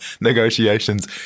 negotiations